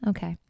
Okay